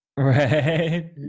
Right